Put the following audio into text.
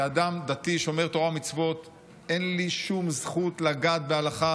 כאדם דתי שומר תורה ומצוות אין לי שום זכות לגעת בהלכה,